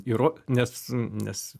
įro nes nes